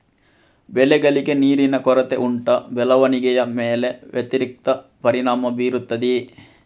ಬೆಳೆಗಳಿಗೆ ನೀರಿನ ಕೊರತೆ ಉಂಟಾ ಬೆಳವಣಿಗೆಯ ಮೇಲೆ ವ್ಯತಿರಿಕ್ತ ಪರಿಣಾಮಬೀರುತ್ತದೆಯೇ?